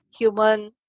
human